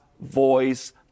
voice